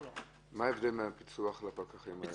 מה ההבדל בין הפיצו"ח לבין הפקחים האלה?